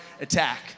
attack